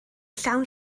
llawn